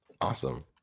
awesome